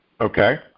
Okay